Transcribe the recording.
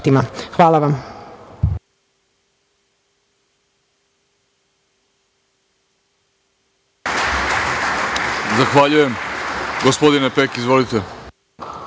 Hvala vam.